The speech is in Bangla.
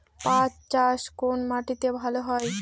পাট চাষ কোন মাটিতে ভালো হয়?